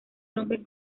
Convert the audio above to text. rompen